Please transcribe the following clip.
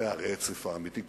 זה הרצף האמיתי.